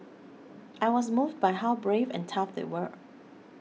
I was moved by how brave and tough they were